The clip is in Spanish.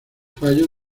fallo